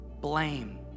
blame